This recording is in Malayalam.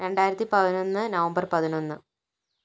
രണ്ടായിരത്തി പതിനൊന്ന് നവംബർ പതിനൊന്ന്